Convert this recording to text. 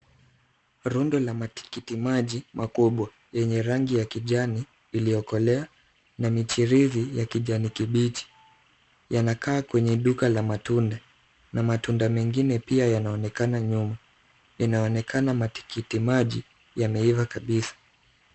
Rundo la matikiti maji makubwa yenye rangi ya kijani iliyokolea na michirizi ya kijani kibichi. Yanakaa kwenye duka la matunda na matunda mengine pia yanaonekana nyuma. Inaonekana matikiti maji yameiva kabisa.